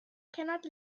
cannot